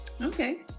Okay